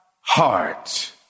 heart